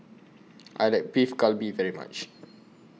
I like Beef Galbi very much